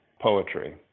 poetry